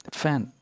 fan